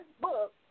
book